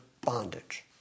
bondage